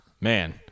Man